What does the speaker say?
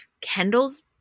Kendall's